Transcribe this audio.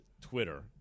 Twitter